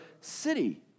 city